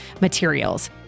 materials